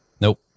Nope